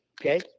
okay